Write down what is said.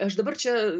aš dabar čia